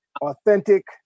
authentic